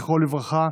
זכרו לברכה,